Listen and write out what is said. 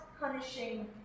punishing